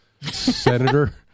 Senator